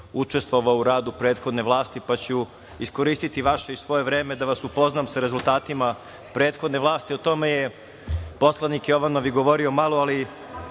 učestvovao u radu prethodne vlasti, pa ću iskoristiti vaše i svoje vreme da vas upoznam sa rezultatima prethodne vlasti. O tome je i poslanik Jovanov govorio malo, ali